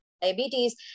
diabetes